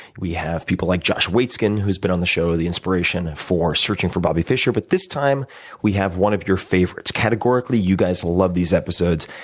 we have people like josh waitzkin who has been on the show, the inspiration for searching for bobby fischer. but this time we have one of your favorites. categorically, you guys love these episodes.